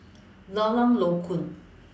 Lorong Low Koon